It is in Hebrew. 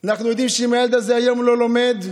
אנחנו יודעים שאם הילד הזה היום לא לומד,